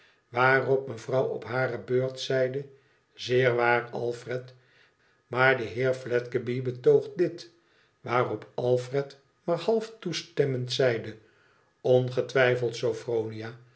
waarop mevrouw op hare beurt zeide zeer waar alfred maar de heer fledgeby betoogt dit waarop alfred maar half toestemmend zeide ongetwijfeld